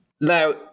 Now